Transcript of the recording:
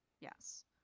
yes